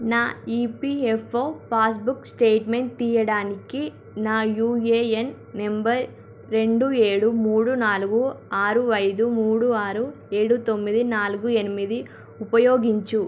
నా EPFO passbook statement తీయడానికి నా యుఏఎన్ నంబరు రెండు ఏడు మూడు నాలుగు ఆరు ఐదు మూడు ఆరు ఏడు తొమ్మిది నాలుగు ఎనిమిది ఉపయోగించు